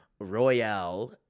Royale